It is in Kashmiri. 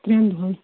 ترٛٮ۪ن دۅہَن